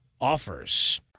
offers